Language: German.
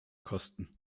kosten